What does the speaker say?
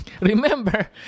Remember